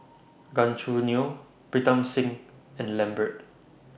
Gan Choo Neo Pritam Singh and Lambert